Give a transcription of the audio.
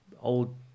old